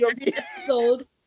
episode